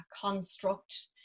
construct